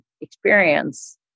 experience